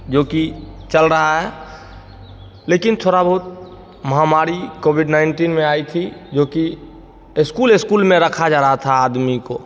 जो कि चल रहा है लेकिन थोड़ा बहुत महामारी कोविड नाइनटीन में आई थी जो कि एस्कूल एस्कूल में रखा जा रहा था आदमी को